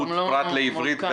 פרט לעברית ולערבית.